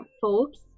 folks